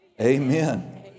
Amen